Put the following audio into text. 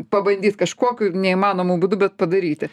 pabandyt kažkokiu neįmanomu būdu bet padaryti